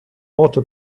auto